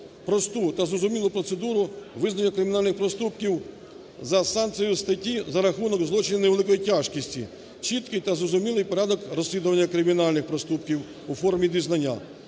просту та зрозумілу процедуру визнання кримінальних проступків за санкцією статті за рахунок злочинів невеликої тяжкості, чіткий та зрозумілий порядок розслідування кримінальних проступків у формі дізнання